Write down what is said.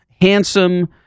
handsome